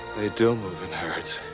do move in herds.